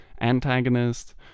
antagonist